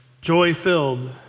Joy-filled